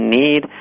need